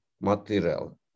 material